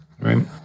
right